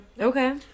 Okay